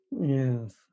Yes